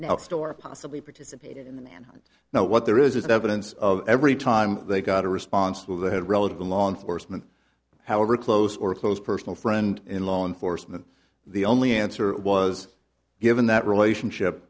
possibly participated in the manhunt now what there is is evidence of every time they got a response to the head relative a law enforcement however close or close personal friend in law enforcement the only answer was given that relationship